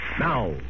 Now